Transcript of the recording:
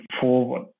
forward